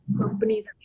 companies